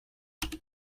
tud